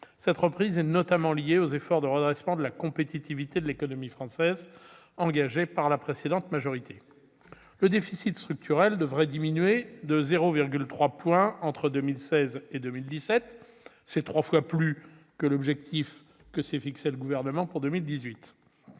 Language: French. Cette reprise est notamment liée aux efforts de redressement de la compétitivité de l'économie française engagés par la précédente majorité. Eh oui ! Le déficit structurel devrait diminuer de 0,3 point entre 2016 et 2017 : c'est trois fois plus que l'objectif que s'est fixé le Gouvernement pour 2018.